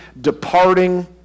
departing